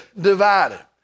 divided